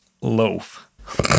loaf